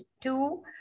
two